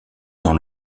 dans